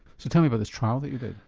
so tell me about this trial that you did.